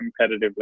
competitively